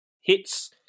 Hits